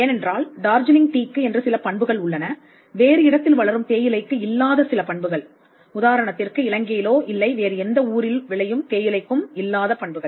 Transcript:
ஏனென்றால் டார்ஜிலிங் டீக்கு என்று சில பண்புகள் உள்ளன வேறு இடத்தில் வளரும் தேயிலைக்கு இல்லாத சில பண்புகள் உதாரணத்திற்கு இலங்கையிலோ இல்லை வேறு எந்த ஊரில் விளையும் தேயிலைக்கு இல்லாத பண்புகள்